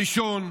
הראשון,